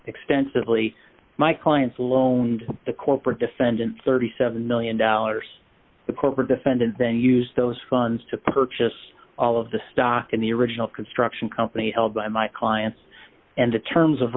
extensively my clients loaned the corporate defendant thirty seven million dollars the corporate defendant then use those funds to purchase all of the stock in the original construction company held by my clients and the terms of